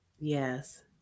yes